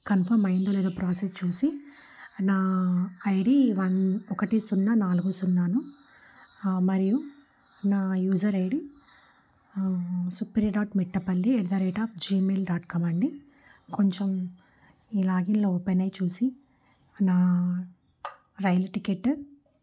confirm అయ్యిందో లేదా process చూసి నా ఐడీ వన్ ఒకటి సున్నా నాలుగు సున్నాను మరియు నా user ID Supriya dot Mettapalli at the rate of Gmail dot com అండి కొంచెం ఈ లాగిన్లో ఓపెన్ అయ్యి చూసి నా రైలు టికెట్